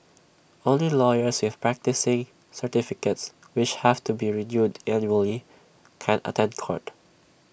only lawyers with practising certificates which have to be renewed annually can attend court